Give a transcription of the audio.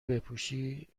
بپوشی